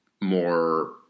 more